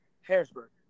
Harrisburg